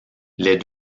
les